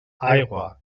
aigua